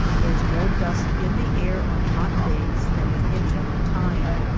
there is more dust in the air on hot days than at any other time.